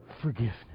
forgiveness